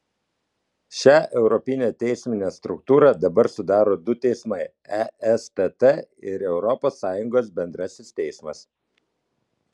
šią europinę teisminę struktūrą dabar sudaro du teismai estt ir europos sąjungos bendrasis teismas